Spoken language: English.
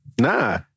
Nah